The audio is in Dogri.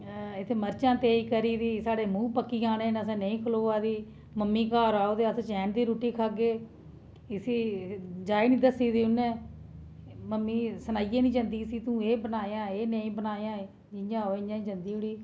इत्थै मर्चां तेज करी गेदी साढ़े मूंह् पक्की जाने न नेईं खलोआ दी मम्मी घर औग ते अस चैन दी रुट्टी खाह्गे इसी जाच नी दस्सी दी उ'नें मम्मी सनाइयै नी जंदी इसी तूं एह् बनायां एह् नेई बनायां जि'यां होऐ इयां जंदी उठी